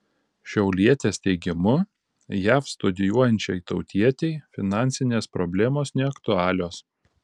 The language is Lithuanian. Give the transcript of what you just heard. šiaulietės teigimu jav studijuojančiai tautietei finansinės problemos neaktualios